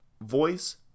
Voice